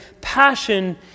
passion